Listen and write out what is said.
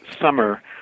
summer